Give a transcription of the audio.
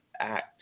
Act